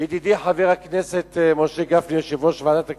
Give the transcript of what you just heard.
לידידי חבר הכנסת משה גפני, יושב-ראש ועדת הכספים,